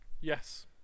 Yes